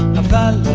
of the